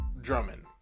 Drummond